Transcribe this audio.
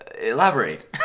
Elaborate